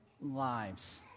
lives